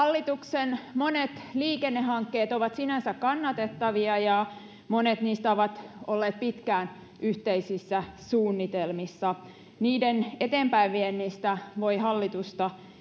hallituksen monet liikennehankkeet ovat sinänsä kannatettavia ja monet niistä ovat olleet pitkään yhteisissä suunnitelmissa niiden eteenpäinviennistä voi hallitusta